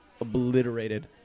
obliterated